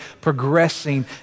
progressing